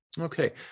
okay